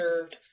served